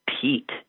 Pete